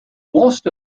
most